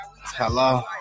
Hello